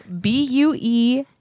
B-U-E